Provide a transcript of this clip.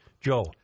Joe